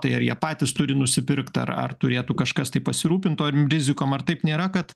tai ar jie patys turi nusipirkt ar ar turėtų kažkas tai pasirūpint tom rizikom ar taip nėra kad